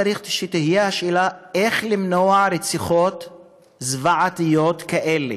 צריך שתהיה השאלה איך למנוע רציחות זוועתיות כאלה.